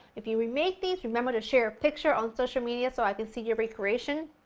if you remake these, remember to share a picture on social media so i can see your recreation.